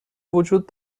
وجود